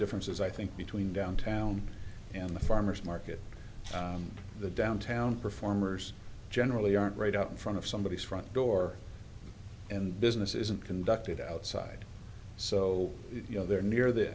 differences i think between downtown and the farmer's market the downtown performers generally aren't right out in front of somebody front door and business isn't conducted outside so you know they're near the